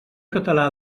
català